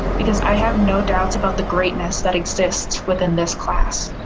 because i have no doubt about the greatness that exists within this class